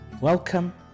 welcome